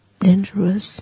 dangerous